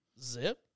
zip